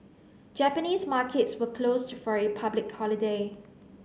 Japanese markets were closed for a public holiday